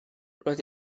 roedd